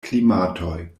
klimatoj